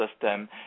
system